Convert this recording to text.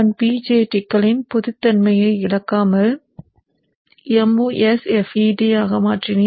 நான் BJTகளின் பொதுத்தன்மையை இழக்காமல் MOSFET ஆக மாற்றினேன்